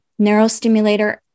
neurostimulator